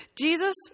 Jesus